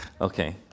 Okay